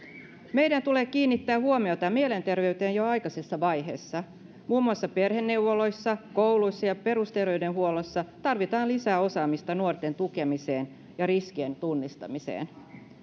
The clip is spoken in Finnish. meidän tulee kiinnittää huomiota mielenterveyteen jo aikaisessa vaiheessa muun muassa perheneuvoloissa kouluissa ja perusterveydenhuollossa tarvitaan lisää osaamista nuorten tukemiseen ja riskien tunnistamiseen